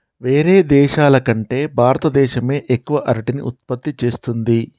వేరే దేశాల కంటే భారత దేశమే ఎక్కువ అరటిని ఉత్పత్తి చేస్తంది